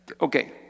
Okay